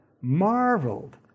marveled